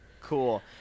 Cool